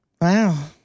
Wow